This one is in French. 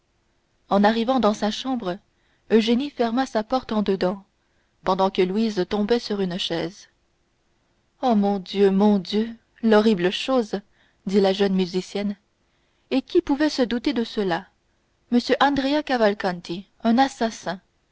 en arrivant dans sa chambre eugénie ferma sa porte en dedans pendant que louise tombait sur une chaise oh mon dieu mon dieu l'horrible chose dit la jeune musicienne et qui pouvait se douter de cela m andrea cavalcanti un assassin